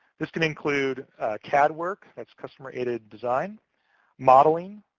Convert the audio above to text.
this can include cad work that's customer-aided design modeling,